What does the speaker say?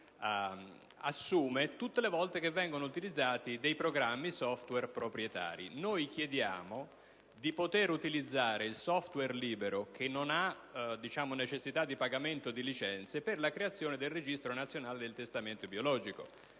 si assume tutte le volte che vengono utilizzati dei programmi *software* proprietari. Chiediamo di poter utilizzare il *software* libero, che non ha necessità di pagamento di licenze, per la creazione del Registro nazionale delle dichiarazioni